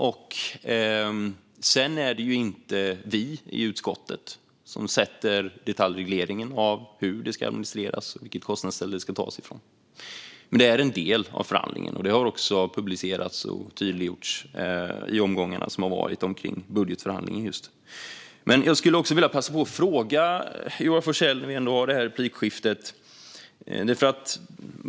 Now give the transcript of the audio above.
Men det är inte vi i utskottet som detaljreglerar hur det ska administreras och vilket kostnadsställe det ska tas från. Men det är en del av förhandlingen. Det har också publicerats och tydliggjorts i de omgångar som varit om just budgetförhandlingarna. När vi ändå har det här replikskiftet vill jag passa på och ställa en fråga till Joar Forssell.